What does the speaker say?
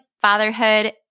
fatherhood